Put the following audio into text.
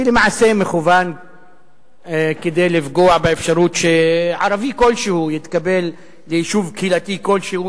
שלמעשה מכוּון לפגוע באפשרות שערבי כלשהו יתקבל ליישוב קהילתי כלשהו,